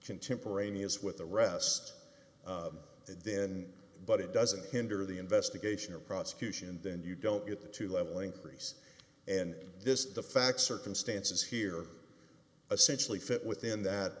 contemporaneous with the rest then but it doesn't hinder the investigation or prosecution then you don't get into leveling greece and this is the facts circumstances here essentially fit within that